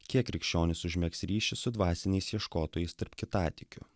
kiek krikščionys užmegs ryšį su dvasiniais ieškotojais tarp kitatikių